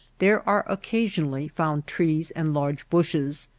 there are occasionally found trees and large bushes,